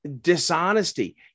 dishonesty